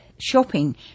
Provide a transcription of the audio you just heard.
shopping